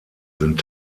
sind